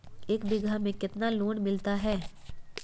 एक बीघा पर कितना लोन मिलता है?